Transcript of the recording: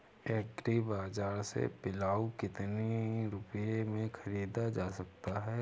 Agree बाजार से पिलाऊ कितनी रुपये में ख़रीदा जा सकता है?